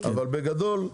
אבל בגדול,